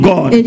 God